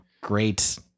great